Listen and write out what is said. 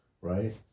right